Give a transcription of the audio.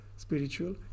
spiritual